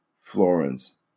Florence